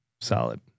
Solid